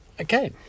Okay